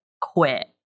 quit